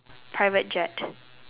private jet